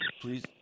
Please